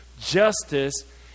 justice